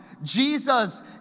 Jesus